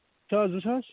ساس زٕ ساس